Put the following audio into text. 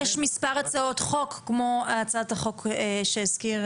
יש מספר הצעות חוק כמו הצעת החוק שהזכיר